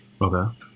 Okay